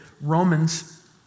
Romans